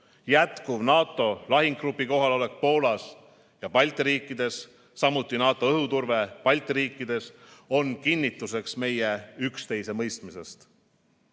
jätkuv NATO lahingugrupi kohalolek Poolas ja Balti riikides, samuti NATO õhuturve Balti riikides on kinnituseks meie üksteisemõistmisest.